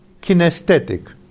kinesthetic